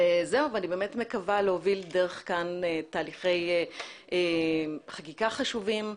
ואני מקווה להוביל דרך כאן תהליכי חקיקה חשובים,